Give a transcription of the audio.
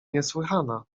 niesłychana